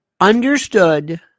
Understood